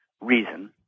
reason